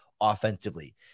offensively